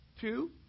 Two